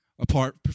apart